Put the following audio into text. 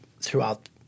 throughout